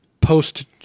post